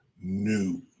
new